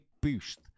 boost